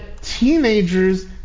teenagers